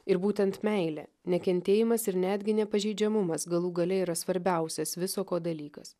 ir būtent meilė ne kentėjimas ir netgi ne pažeidžiamumas galų gale yra svarbiausias viso ko dalykas